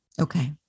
Okay